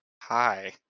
hi